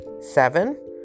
Seven